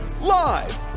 Live